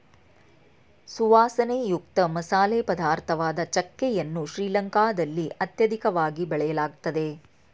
ಸುವಾಸನೆಯುಕ್ತ ಮಸಾಲೆ ಪದಾರ್ಥವಾದ ಚಕ್ಕೆ ಯನ್ನು ಶ್ರೀಲಂಕಾದಲ್ಲಿ ಅತ್ಯಧಿಕವಾಗಿ ಬೆಳೆಯಲಾಗ್ತದೆ